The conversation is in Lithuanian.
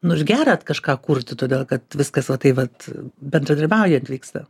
nu ir gera kažką kurti todėl kad viskas va taip vat bendradarbiaujant vyksta